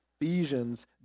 Ephesians